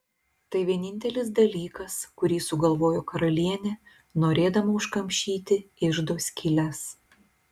tai vienintelis dalykas kurį sugalvojo karalienė norėdama užkamšyti iždo skyles